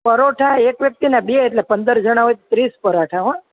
પરોઠા એક વ્યક્તિના બે એટલે પંદર જણાના વિસ પરાઠા